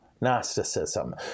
Gnosticism